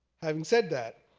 having said that,